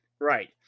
Right